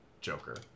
Joker